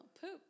poop